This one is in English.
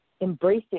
embracing